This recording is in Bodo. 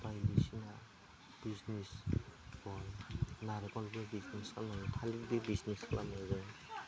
बायदिसिना बिजनेस गय नारेंखलनिबो बिजनेस आरोबाव थालिरनि बिजनेस खालामनो हायो